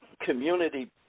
community